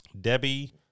Debbie